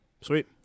Sweet